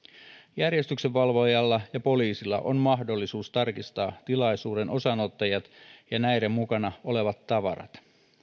järjestyksenvalvojalla ja poliisilla on mahdollisuus tarkistaa tilaisuuden osanottajat ja näiden mukana olevat tavarat